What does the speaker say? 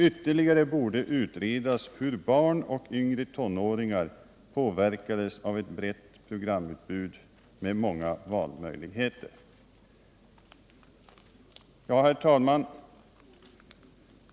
Ytterligare borde utredas hur barn och yngre tonåringar påverkades av ett brett programutbud med många valmöjligheter.” Herr talman!